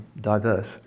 diverse